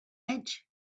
edge